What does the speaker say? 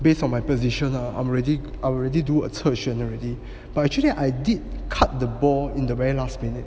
based on my position ah I'm ready already do a 侧旋 already but actually I did cut the ball in the very last minute